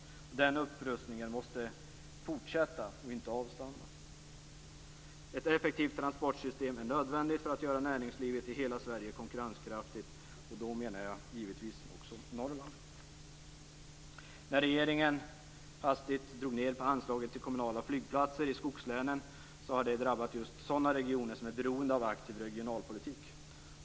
Den upprustningen måste fortsätta och inte avstanna. Ett effektivt transportsystem är nödvändigt för att göra näringslivet i hela Sverige konkurrenskraftigt, och då menar jag givetvis också Norrland. När regeringen hastigt drog ned på anslaget till kommunala flygplatser i skogslänen drabbade det just sådana regioner som är beroende av en aktiv regionalpolitik.